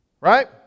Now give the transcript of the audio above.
Right